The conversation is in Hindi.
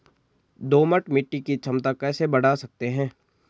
दोमट मिट्टी की क्षमता कैसे बड़ा सकते हैं?